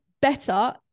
better